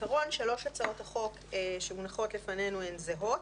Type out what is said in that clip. בעיקרון שלוש הצעות החוק שמונחות לפנינו הן זהות,